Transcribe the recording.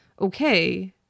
okay